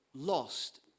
lost